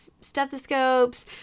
stethoscopes